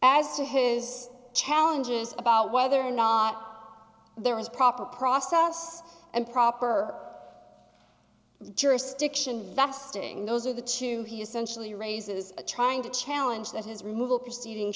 as to his challenges about whether or not there was proper process and proper jurisdiction that sting those are the two he essentially raises trying to challenge that his removal proceeding